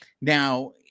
now